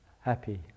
happy